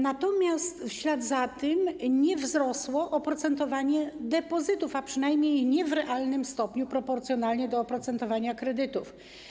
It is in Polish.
Natomiast w ślad za tym nie wzrosło oprocentowanie depozytów, a przynajmniej nie w realnym stopniu, proporcjonalnie do oprocentowania kredytów.